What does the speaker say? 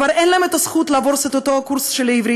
כבר אין להם זכות לעשות את אותו קורס בעברית.